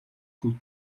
cul